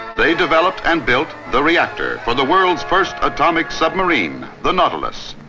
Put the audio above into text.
they developed and built the reactor for the world's first atomic submarine the nautilus.